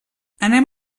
anem